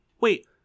Wait